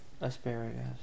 Asparagus